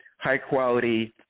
high-quality